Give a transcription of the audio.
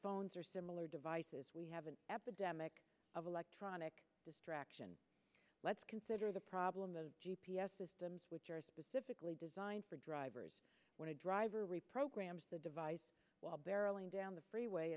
phones or similar devices we have an epidemic of electronic distraction let's consider the problem of g p s systems which are specifically designed for drivers when a driver reprograms the device while barreling down the freeway